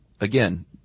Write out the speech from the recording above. again